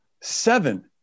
seven